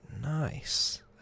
Nice